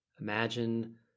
imagine